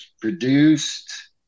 produced